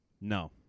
No